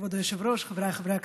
כבוד היושב-ראש, חבריי חברי הכנסת,